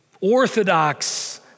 orthodox